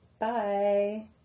Bye